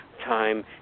Time